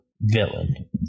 villain